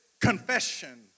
confession